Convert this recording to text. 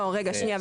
לא, רגע, שנייה.